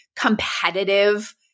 competitive